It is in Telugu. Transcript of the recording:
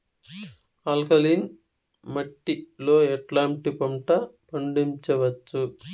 ఆల్కలీన్ మట్టి లో ఎట్లాంటి పంట పండించవచ్చు,?